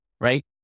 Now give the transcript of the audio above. right